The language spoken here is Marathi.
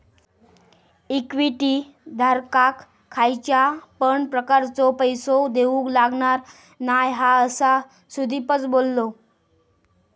इक्विटी धारकाक खयच्या पण प्रकारचो पैसो देऊक लागणार नाय हा, असा सुदीपच बोललो